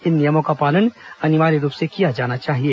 इन नियमों का पालन अनिवार्य रूप से किया जाना चाहिए